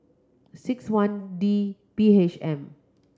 six one D B H M